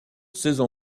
saison